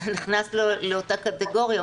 זה נכנס לאותה קטגוריה,